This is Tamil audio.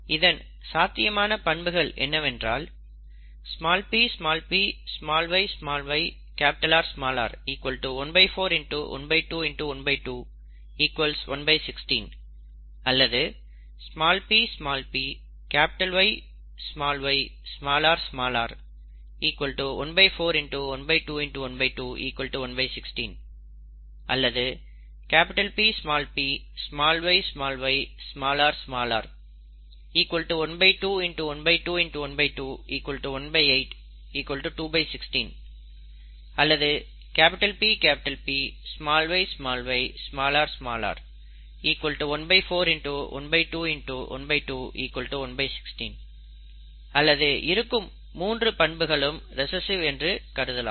இதன் சாத்தியமான பண்புகள் என்னவென்றால் ppyyRr ¼ x ½ x ½ 116 அல்லது ppYyrr ¼ x ½ x ½ 116 அல்லது Ppyyrr ½ x ½ x ½ 18 216 அல்லது PPyyrr ¼ x ½ x ½ 116 அல்லது இருக்கும் மூன்று பண்புகளும் ரிசஸ்ஸிவ் என்று கருதலாம்